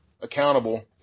accountable